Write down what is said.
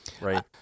right